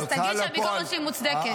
אז תגיד שהביקורת שלי מוצדקת.